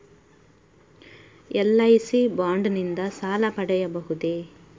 LIC bond ನಿಂದ ಸಾಲ ಪಡೆಯಬಹುದೇ?